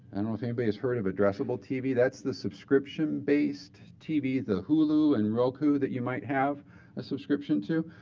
and know if anybody has heard of addressable tv. that's the subscription based tv, the hulu and roku that you might have a subscription to.